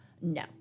no